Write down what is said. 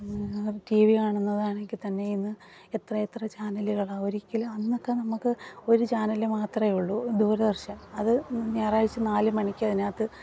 T V കാണുന്നത് ആണെങ്കിൽ തന്നെ ഇന്ന് എത്ര എത്ര ചാനലുകളാണ് ഒരിക്കലും അന്നൊക്കെ നമുക്ക് ഒരു ചാനൽ മാത്രമേ ഉള്ളു ദൂരദർശൻ അത് ഞായറാഴ്ച്ച നാലു മണിക്ക് അതിനകത്ത്